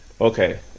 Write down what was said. Okay